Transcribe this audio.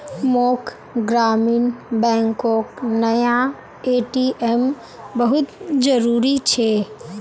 मोक ग्रामीण बैंकोक नया ए.टी.एम बहुत जरूरी छे